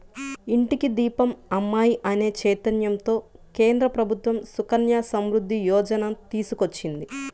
ఇంటికి దీపం అమ్మాయి అనే చైతన్యంతో కేంద్ర ప్రభుత్వం సుకన్య సమృద్ధి యోజన తీసుకొచ్చింది